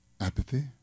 apathy